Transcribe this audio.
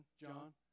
John